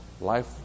life